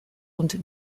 und